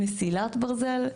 מסילת ברזל.